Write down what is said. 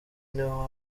niho